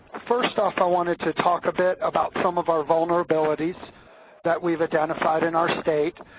first off, i wanted to talk a bit about some of our vulnerabilities that we have identified in our state.